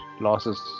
losses